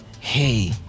hey